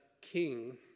king